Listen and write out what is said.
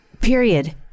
period